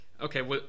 okay